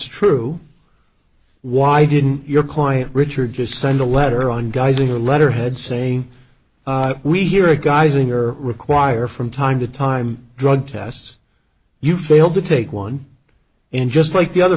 true why didn't your client richard just send a letter on geyser letterhead saying we hear it guys in your require from time to time drug tests you failed to take one in just like the other